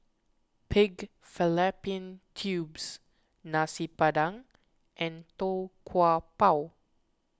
Pig Fallopian Tubes Nasi Padang and Tau Kwa Pau